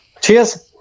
Cheers